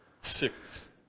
six